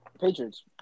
Patriots